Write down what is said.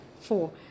four